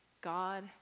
God